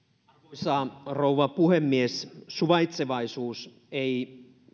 arvoisa rouva puhemies suvaitsevaisuus ei